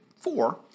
four